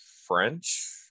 French